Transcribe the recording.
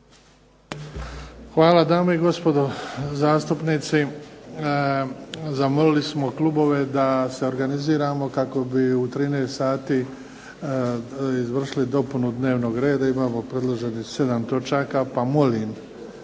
Hvala. Dame i gospodo zastupnici, zamolili smo klubove da se organiziramo kako bi u 13 sati izvršili dopunu dnevnog reda. Imamo predloženih 7 točaka, pa molim